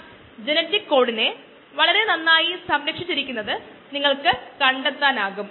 bio reactor broth ബയോ റിയാക്ടറിലെ ദ്രാവകമാണ് കോശങ്ങളിൽ ഈ മാസ്സ് ബാലൻസ് ചെയ്യുന്നതിന് നമ്മുടെ സിസ്റ്റമായി നാം എടുക്കാൻ പോകുന്നത്